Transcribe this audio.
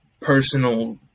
personal